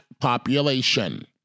population